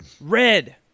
Red